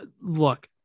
Look